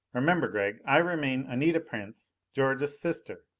remember, gregg, i remain anita prince, george's sister.